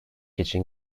için